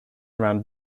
around